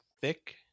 thick